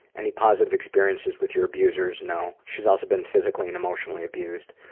any positive experiences with your abusers? no. she's also been physically and emotionally abused.